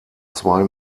zwei